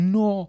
no